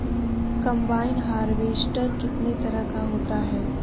Combine harvester कितने तरह का होता है?